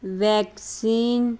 vaccine